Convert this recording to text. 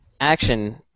action